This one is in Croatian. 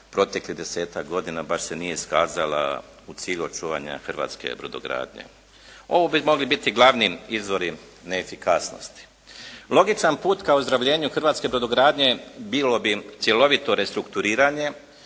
proteklih 10-ak godina baš se nije iskazala u cilju očuvanja hrvatske brodogradnje. Ovo bi mogli biti glavni izvori neefikasnosti. Logičan put ka ozdravljenju hrvatske brodogradnje bilo bi cjelovito restrukturiranje